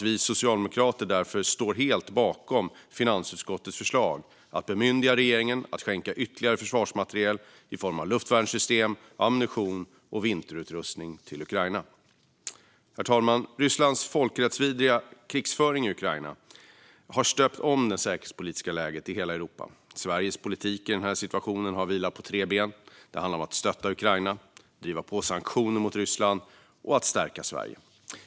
Vi socialdemokrater står därför helt bakom finansutskottets förslag att bemyndiga regeringen att skänka ytterligare försvarsmateriel i form av luftvärnssystem, ammunition och vinterutrustning till Ukraina. Herr talman! Rysslands folkrättsvidriga krigföring i Ukraina har stöpt om det säkerhetspolitiska läget i hela Europa. Sveriges politik i den här situationen har vilat på tre ben. Det handlar om att stötta Ukraina, att driva på för sanktioner mot Ryssland och att stärka Sverige.